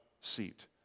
seat